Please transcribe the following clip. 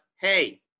hey